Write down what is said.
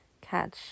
catch